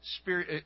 spirit